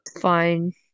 Fine